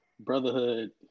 brotherhood